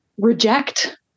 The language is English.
reject